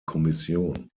kommission